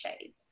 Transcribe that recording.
shades